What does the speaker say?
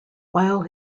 while